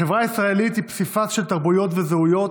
החברה הישראלית היא פסיפס של תרבויות וזהויות,